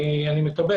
אני מקבל.